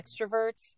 extroverts